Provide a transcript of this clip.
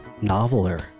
noveler